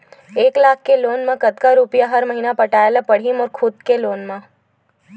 एक लाख के लोन मा कतका रुपिया हर महीना पटाय ला पढ़ही मोर खुद ले लोन मा?